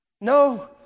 No